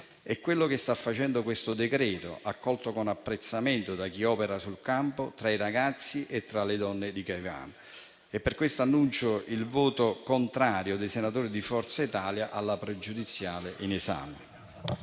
È quello che sta facendo questo decreto, accolto con apprezzamento da chi opera sul campo, tra i ragazzi e tra le donne di Caivano. Per questo annuncio il voto contrario dei senatori di Forza Italia sulla questione pregiudiziale in esame.